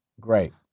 great